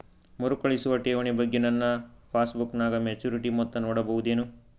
ಮರುಕಳಿಸುವ ಠೇವಣಿ ಬಗ್ಗೆ ನನ್ನ ಪಾಸ್ಬುಕ್ ನಾಗ ಮೆಚ್ಯೂರಿಟಿ ಮೊತ್ತ ನೋಡಬಹುದೆನು?